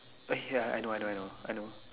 okay ya I know I know I know I know